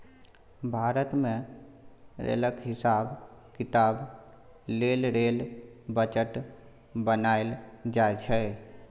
भारत मे रेलक हिसाब किताब लेल रेल बजट बनाएल जाइ छै